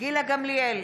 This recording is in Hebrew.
גילה גמליאל,